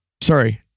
Sorry